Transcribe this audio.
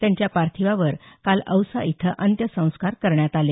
त्यांच्या पार्थिवावर काल औसा इथं अंत्यसंस्कार करण्यात आले